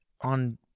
on